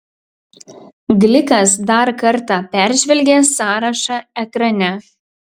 glikas dar kartą peržvelgė sąrašą ekrane